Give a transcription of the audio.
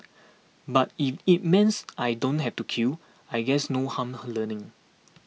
but if it means I don't have to queue I guess no harm her learning